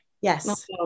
Yes